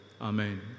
Amen